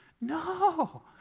No